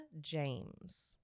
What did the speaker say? James